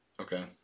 Okay